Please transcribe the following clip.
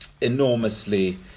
enormously